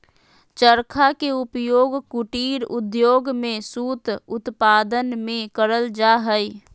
चरखा के उपयोग कुटीर उद्योग में सूत उत्पादन में करल जा हई